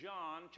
John